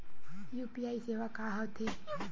UPI सेवा का होथे?